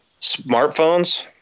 Smartphones